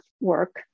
work